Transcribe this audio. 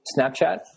Snapchat